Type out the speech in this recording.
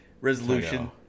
resolution